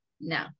no